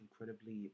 incredibly